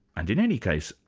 and in any case,